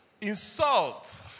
insult